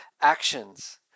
actions